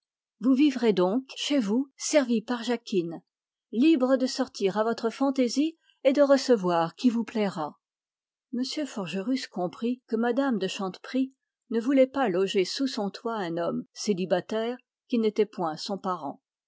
vous vivrez donc chez vous servi par jacquine libre de sortir à votre fantaisie et de recevoir qui vous plaira m forgerus comprit que mme de chanteprie ne voulait pas loger sous son toit un homme qui n'était point son parent